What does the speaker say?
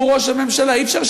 הוא ראש הממשלה אי-אפשר,